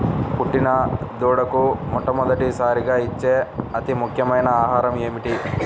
పుట్టిన దూడకు మొట్టమొదటిసారిగా ఇచ్చే అతి ముఖ్యమైన ఆహారము ఏంటి?